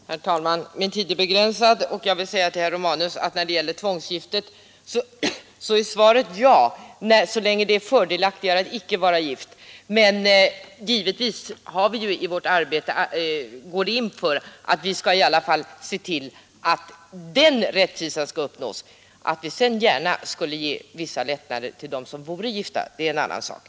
Herr talman! Min tid är begränsad. När det gäller frågan om tvångsgiftet är svaret till herr Romanus: Ja, så länge det är fördelaktigare att icka vara gift. Men givetvis går vi i vårt arbete in för att se till att den rättvisan skall uppnås — att vi sedan gärna skulle ge vissa lättnader till dem som är gifta är en annan sak.